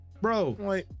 Bro